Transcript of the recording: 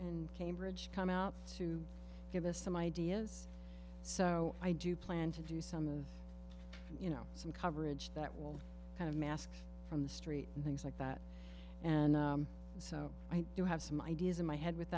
and cambridge come out to give us some ideas so i do plan to do some of them you know some coverage that will kind of mask from the street and things like that and so i do have some ideas in my head with